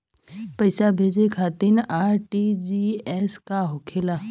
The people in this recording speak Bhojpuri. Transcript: पैसा भेजे खातिर आर.टी.जी.एस का होखेला?